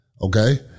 Okay